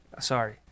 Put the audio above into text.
Sorry